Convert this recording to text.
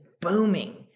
booming